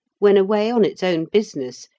when away on its own business,